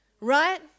right